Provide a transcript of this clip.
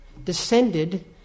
Descended